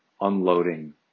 unloading